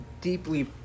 deeply